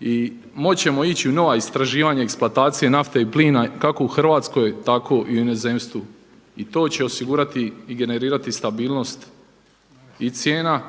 i moći ćemo ići u nova istraživanja, eksploatacije nafte i plina kako u Hrvatskoj, tako i u inozemstvu i to će osigurati i generirati stabilnost i cijena